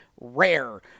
rare